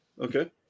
okay